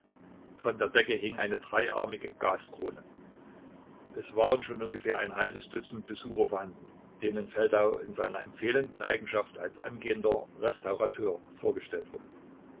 von der decke hing eine dreiarmige gaskrone es waren schon ungefähr ein halbes dutzend besucher vorhanden denen feldau in seiner empfehlenden eigenschaft als angehender restaurateur vorgestellt wurde